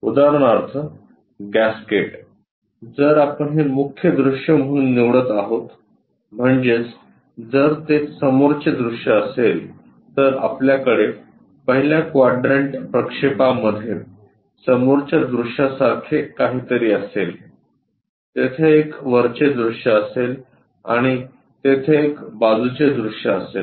उदाहरणार्थ गॅस्केट जर आपण हे मुख्य दृश्य म्हणून निवडत आहोत म्हणजेच जर ते समोरचे दृश्य असेल तर आपल्याकडे पहिल्या क्वाड्रंट प्रक्षेपामध्ये समोरच्या दृश्यासारखे काहीतरी असेल तेथे एक वरचे दृश्य असेल आणि तेथे एक बाजूचे दृश्य असेल